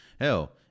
Hell